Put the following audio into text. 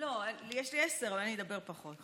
לא, יש לי עשר, אבל אני אדבר פחות.